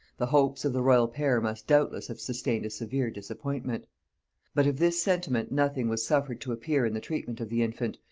the hopes of the royal pair must doubtless have sustained a severe disappointment but of this sentiment nothing was suffered to appear in the treatment of the infant,